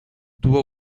tuvo